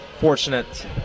fortunate